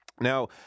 Now